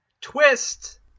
twist